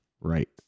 right